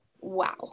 wow